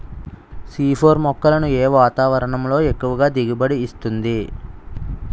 C four మొక్కలను ఏ వాతావరణంలో ఎక్కువ దిగుబడి ఇస్తుంది?